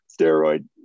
steroid